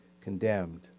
condemned